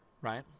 right